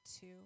two